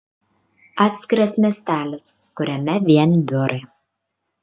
atskiras miestelis kuriame vien biurai